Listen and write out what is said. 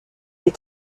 est